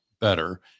better